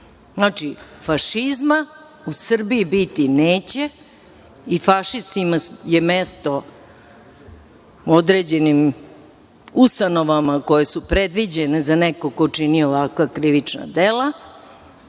fašizma u Srbiji biti neće i fašistima je mesto u određenim ustanovama koje su predviđene za nekog ko čini ovakva krivična dela.